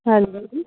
ਹਾਂਜੀ